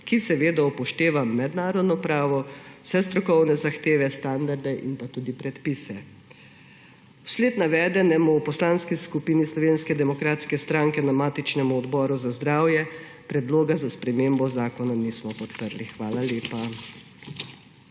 ki seveda upošteva mednarodno pravo, vse strokovne zahteve, standarde in pa tudi predpise. Zaradi navedenega v Poslanski skupini Slovenske demokratske stranke na matičnem Odboru za zdravstvo predloga za spremembo zakona nismo podprli. Hvala lepa.